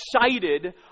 excited